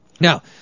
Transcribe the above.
Now